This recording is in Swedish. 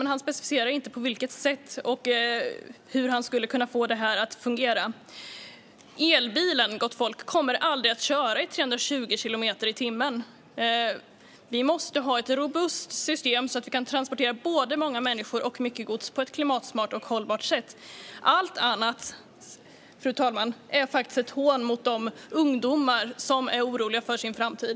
Men han specificerar inte på vilket sätt och hur han skulle kunna få detta att fungera. Elbilen, gott folk, kommer aldrig att köra i 320 kilometer i timmen. Vi måste ha ett robust system så att vi kan transportera både många människor och mycket gods på ett klimatsmart och hållbart sätt. Allt annat, fru talman, är faktiskt ett hån mot de ungdomar som är oroliga för sin framtid.